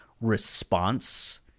response